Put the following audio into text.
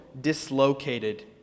dislocated